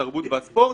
התרבות והספורט,